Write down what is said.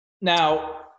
now